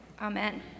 Amen